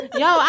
yo